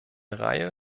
reihe